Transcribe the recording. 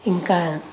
ఇంకా